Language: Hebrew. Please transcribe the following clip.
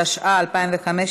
התשע"ה 2015,